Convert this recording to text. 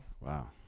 Wow